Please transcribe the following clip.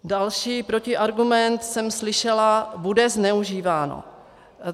Další protiargument jsem slyšela, že to bude zneužíváno.